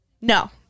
no